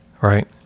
right